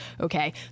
Okay